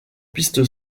piste